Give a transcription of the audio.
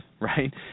right